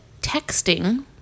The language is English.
texting